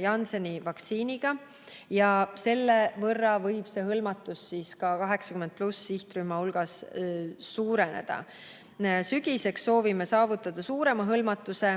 Jansseni vaktsiiniga ja selle võrra võib see hõlmatus ka üle 80‑aastaste sihtrühmas suureneda. Sügiseks soovime saavutada suurema hõlmatuse,